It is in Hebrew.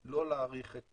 לא להאריך את